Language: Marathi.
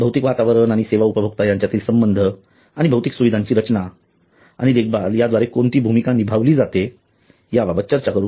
भौतिक वातावरण आणि सेवा उपभोक्ता यांच्यातील संबंध आणि भौतिक सुविधांची रचना आणि देखभाल याद्वारे कोणती भूमिका निभावली जाते या बाबत चर्चा करू